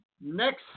next